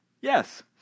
yes